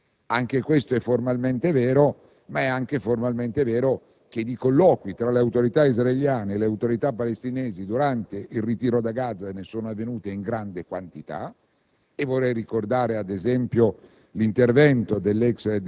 cioè che non è stato concordato con la parte palestinese. Anche questo è formalmente vero, tuttavia è formalmente vero che di colloqui tra le autorità israeliane e quelle palestinesi durante il ritiro da Gaza ne sono avvenuti in grande quantità;